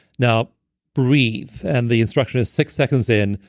now breathe, and the instruction is six seconds in,